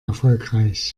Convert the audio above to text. erfolgreich